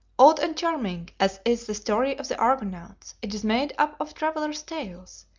old and charming as is the story of the argonauts, it is made up of travellers' tales,